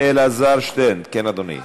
אלעזר שטרן, כן, אדוני.